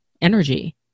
energy